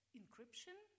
encryption